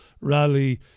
rally